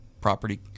property